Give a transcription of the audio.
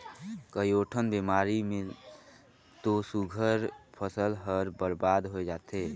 कयोठन बेमारी मे तो सुग्घर फसल हर बरबाद होय जाथे